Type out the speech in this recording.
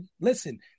listen